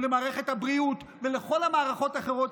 במערכת הבריאות ובכל המערכות האחרות,